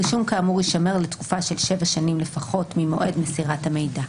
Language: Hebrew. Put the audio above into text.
רישום כאמור יישמר לתקופה של שבע שנים לפחות ממועד מסירת המידע."